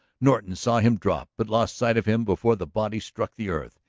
norton saw him drop but lost sight of him before the body struck the earth.